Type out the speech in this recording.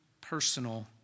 personal